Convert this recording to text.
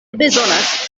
bezonas